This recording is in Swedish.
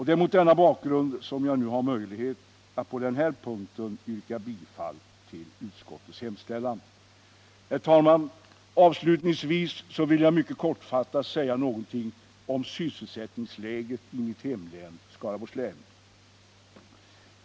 Det är mot denna bakgrund som jag nu har möjlighet att på den här punkten yrka bifall till utskottets hemställan. Herr talman! Avslutningsvis vill jag mycket kortfattat säga någonting om sysselsättningsläget i mitt hemlän, Skaraborgs län.